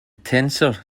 tensor